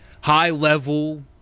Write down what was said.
high-level